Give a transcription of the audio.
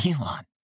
Elon